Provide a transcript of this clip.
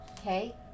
okay